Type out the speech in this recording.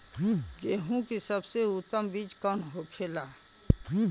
गेहूँ की सबसे उत्तम बीज कौन होखेला?